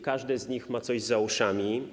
Każde z nich ma coś za uszami.